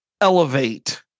elevate